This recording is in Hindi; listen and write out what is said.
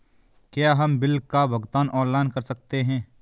क्या हम बिल का भुगतान ऑनलाइन कर सकते हैं?